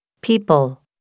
People